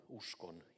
uskon